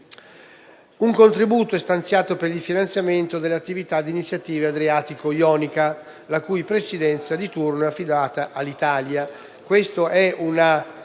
Un contributo è stanziato per il finanziamento delle attività dell'Iniziativa adriatico-ionica, la cui presidenza di turno è attualmente affidata all'Italia.